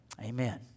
Amen